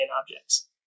objects